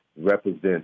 represents